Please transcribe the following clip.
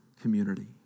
community